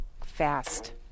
fast